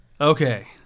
Okay